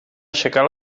aixecar